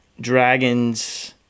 Dragons